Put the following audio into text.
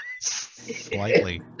slightly